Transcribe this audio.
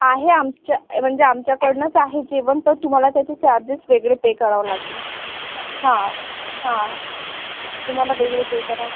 आहे आमच्या म्हणजे आमच्याकडडूनच आहे जेवण पण तुम्हाला त्याचे चार्जेस वेगळे पे करावं लागणार हां हां तुम्हाला वेगळे पे करावं लाग